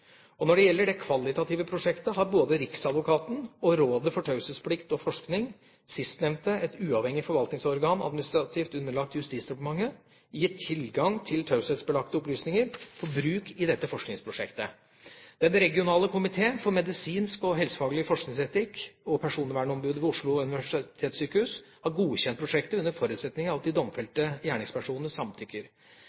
Når det gjelder det kvalitative prosjektet, har både Riksadvokaten og Rådet for taushetsplikt og forskning, sistnevnte et uavhengig forvaltningsorgan administrativt underlagt Justisdepartementet, gitt tilgang til taushetsbelagte opplysninger for bruk i dette forskningsprosjektet. Den regionale komité for medisinsk og helsefaglig forskningsetikk, REK, og personvernombudet ved Oslo universitetssykehus har godkjent prosjektet under forutsetning av at de